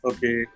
Okay